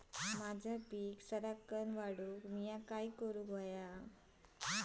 माझी पीक सराक्कन वाढूक मी काय करू?